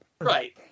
right